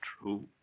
true